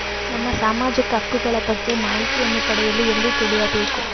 ನಮ್ಮ ಸಾಮಾಜಿಕ ಹಕ್ಕುಗಳ ಬಗ್ಗೆ ಮಾಹಿತಿಯನ್ನು ಪಡೆಯಲು ಎಲ್ಲಿ ತಿಳಿಯಬೇಕು?